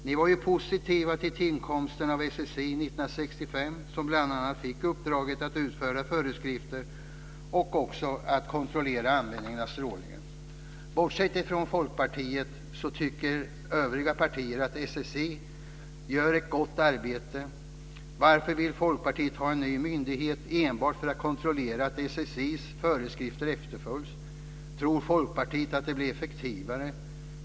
Ni var ju positiva till tillkomsten av SSI 1965, som bl.a. fick uppdraget att utfärda föreskrifter och att kontrollera användningen av strålning. Bortsett från Folkpartiet tycker övriga partier att SSI gör ett gott arbete. Varför vill Folkpartiet ha en ny myndighet enbart för att kontrollera att SSI:s föreskrifter efterföljs? Tror Folkpartiet att det blir effektivare?